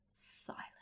silent